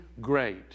great